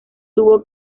tuvo